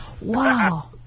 Wow